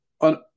on